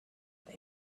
they